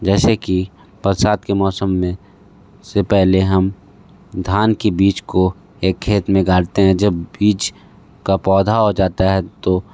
जैसे की बरसात के मौसम में से पहले हम धान के बीज को एक खेत में गाड़ते हैं जब बीच का पौधा हो जाता है तो